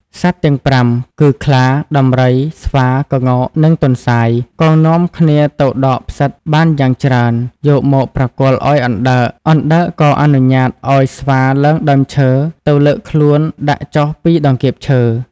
សត្វទាំង៥ គឺខ្លា ដំរី ស្វា ក្ងោក និងទន្សាយ ក៏នាំគ្នាទៅដកផ្សិតបានយ៉ាងច្រើន យកមកប្រគល់ឲ្យអណ្ដើក អណ្ដើកក៏អនុញ្ញាតឲ្យស្វាឡើងដើមឈើ ទៅលើកខ្លួនដាក់ចុះពីតង្កៀបឈើ។